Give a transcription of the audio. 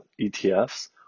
ETFs